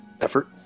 effort